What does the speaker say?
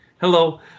Hello